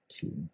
two